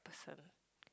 person